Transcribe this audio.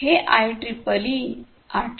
हे आयट्रिपलई 802